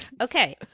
Okay